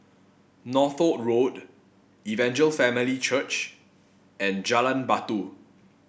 Northolt Road Evangel Family Church and Jalan Batu